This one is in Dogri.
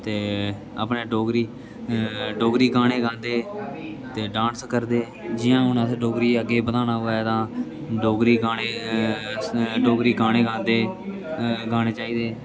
ते अपने डोगरी डोगरी गाने गांदे ते डांस करदे जियां हून असें डोगरी अग्गें बधाना होऐ तां डोगरी गाने असें डोगरी गाने गांदे गाने चाहिदे